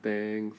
thanks